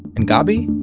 and gabi?